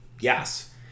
Yes